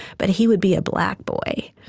but he would be a black boy